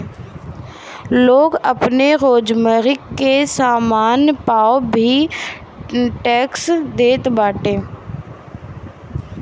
लोग आपनी रोजमर्रा के सामान पअ भी टेक्स देत बाटे